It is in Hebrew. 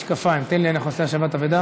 תן לי, אנחנו נעשה השבת אבדה.